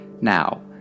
Now